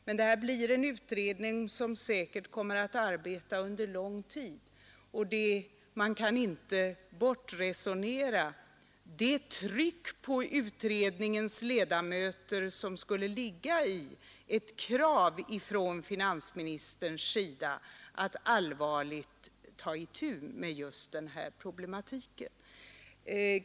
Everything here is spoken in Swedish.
Men detta blir en utredning som säkert kommer att arbeta under lång tid, och man kan inte bortresonera det tryck på utredningens ledamöter som skulle ligga i ett krav från finansministern att allvarligt ta itu med just denna problematik.